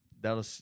that'll